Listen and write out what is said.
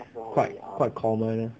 quite quite common